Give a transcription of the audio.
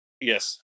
Yes